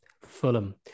Fulham